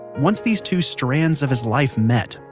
once these two strands of his life met,